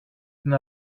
την